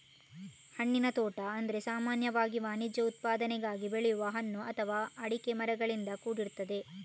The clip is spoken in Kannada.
ಹಣ್ಣಿನ ತೋಟ ಅಂದ್ರೆ ಸಾಮಾನ್ಯವಾಗಿ ವಾಣಿಜ್ಯ ಉತ್ಪಾದನೆಗಾಗಿ ಬೆಳೆಯುವ ಹಣ್ಣು ಅಥವಾ ಅಡಿಕೆ ಮರಗಳಿಂದ ಕೂಡಿರ್ತದೆ